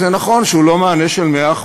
אז נכון שהוא לא מענה של 100%,